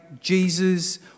Jesus